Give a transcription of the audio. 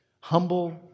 humble